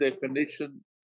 definition